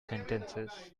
sentences